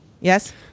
Yes